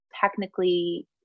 technically